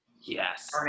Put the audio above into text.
Yes